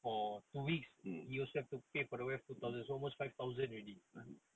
mm